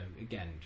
again